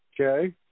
Okay